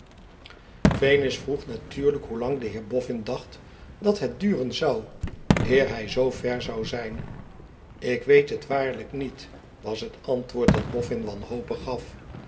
venus vroeg natuurlijk hoelang de heer boffin dacht dat het duren zou eer hij zoo ver zou zijn ik weet het waarlijk niet was het antwoord dat boffin wanhopig gaf